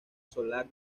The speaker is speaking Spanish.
solar